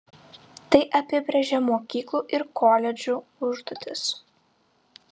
tai apibrėžia mokyklų ir koledžų užduotis